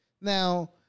Now